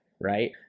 right